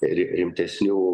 ri rimtesnių